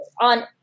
on